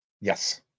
Yes